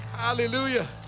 hallelujah